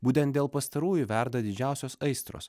būtent dėl pastarųjų verda didžiausios aistros